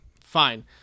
Fine